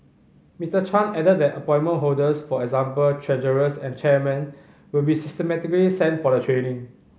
Mister Chan added that appointment holders for example treasurers and chairmen will be systematically sent for the training